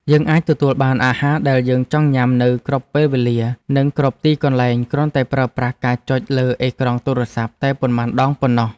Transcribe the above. យើងអាចទទួលបានអាហារដែលយើងចង់ញ៉ាំនៅគ្រប់ពេលវេលា និងគ្រប់ទីកន្លែងគ្រាន់តែប្រើប្រាស់ការចុចលើអេក្រង់ទូរស័ព្ទតែប៉ុន្មានដងប៉ុណ្ណោះ។